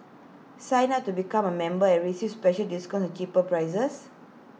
sign up to become A member and receive special discounts and cheaper